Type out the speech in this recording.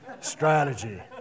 strategy